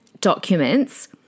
documents